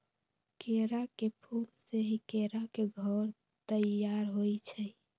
केरा के फूल से ही केरा के घौर तइयार होइ छइ